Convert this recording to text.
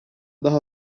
daha